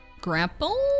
grapple